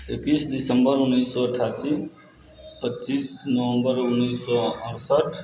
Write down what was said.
इकैस दिसम्बर उनैस सओ अठासी पचीस नवम्बर उनैस सओ अड़सठि